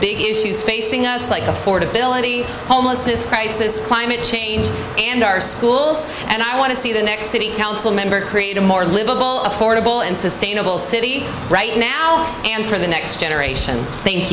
big issues facing us like affordability homelessness crisis climate change and our schools and i want to see the next city council member create a more livable affordable and sustainable city right now and for the next generation thank